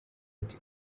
ati